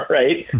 right